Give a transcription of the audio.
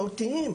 מהותיים.